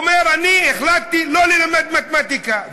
הוא אומר: אני החלטתי לא ללמד מתמטיקה.